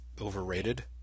overrated